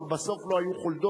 אבל בסוף לא היו חולדות,